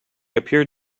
appeared